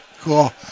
Cool